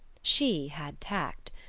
she had tact.